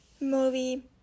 movie